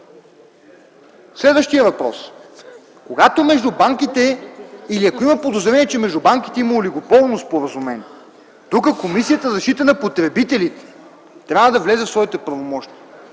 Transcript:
Следващият въпрос – когато между банките или ако има подозрение, че между банките има олигополно споразумение, тук Комисията за защита на потребителите трябва да влезе в своите правомощия.